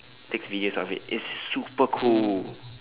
takes videos of it it's super cool